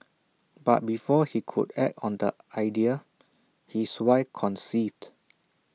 but before he could act on the idea his wife conceived